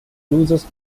losers